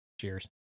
Cheers